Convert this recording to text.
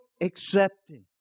accepting